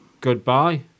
goodbye